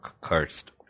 cursed